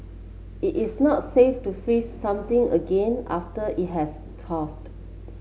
it is not safe to freeze something again after it has